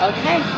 Okay